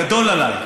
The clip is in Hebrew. גדול עלייך.